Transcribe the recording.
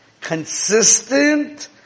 Consistent